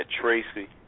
Tracy